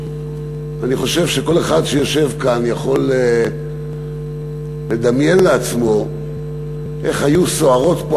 אני חושב שכל אחד שיושב כאן יכול לדמיין לעצמו איך היו סוערות פה